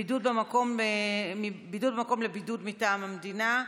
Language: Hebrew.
(בידוד במקום לבידוד מטעם המדינה),